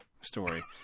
story